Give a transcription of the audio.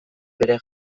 bere